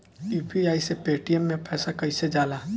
UPI से Paytm मे पैसा कइसे जाला?